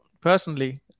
personally